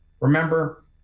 remember